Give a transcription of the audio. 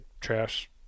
trash